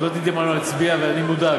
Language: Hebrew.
את לא תדעי מה להצביע, ואני מודאג.